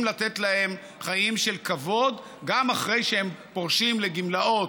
לתת להם חיים של כבוד גם אחרי שהם פורשים לגמלאות,